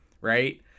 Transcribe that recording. right